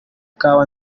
kawa